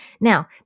Now